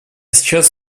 сейчас